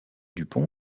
dupont